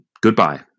goodbye